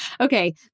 Okay